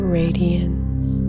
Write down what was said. radiance